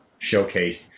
showcased